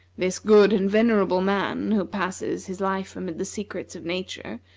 this good and venerable man, who passes his life amid the secrets of nature,